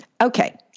Okay